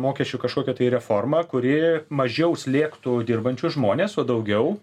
mokesčių kažkokią tai reformą kuri mažiau slėgtų dirbančius žmones o daugiau